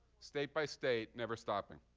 state by state, never stopping.